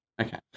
Okay